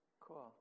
Cool